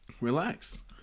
relax